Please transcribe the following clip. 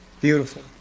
beautiful